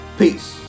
Peace